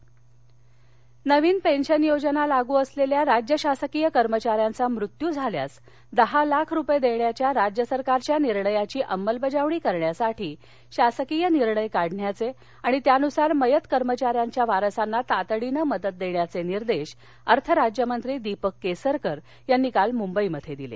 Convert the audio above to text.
दीपक केसरकर नवीन पेन्शन योजना लागू असलेल्या राज्य शासकीय कर्मचाऱ्यांचा मृत्यू झाल्यास दहा लाख रुपये देण्याच्या राज्य सरकारच्या निर्णयाची अंमलबजावणी करण्यासाठी शासन निर्णय काढण्याचे आणि त्यानुसार मयत कर्मचाऱ्यांच्या वारसांना तातडीने मदत देण्याचे निर्देश अर्थ राज्यमंत्री दीपक केसरकर यांनी काल मुंबईत दिले